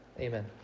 Amen